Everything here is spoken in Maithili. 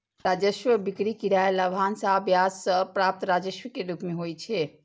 राजस्व बिक्री, किराया, लाभांश आ ब्याज सं प्राप्त राजस्व के रूप मे होइ छै